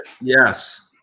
Yes